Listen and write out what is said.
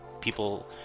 people